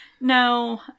No